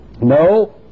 No